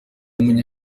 w’umunya